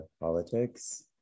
politics